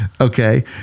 okay